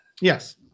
Yes